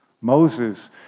Moses